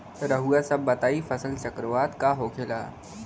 रउआ सभ बताई फसल चक्रवात का होखेला?